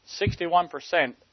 61%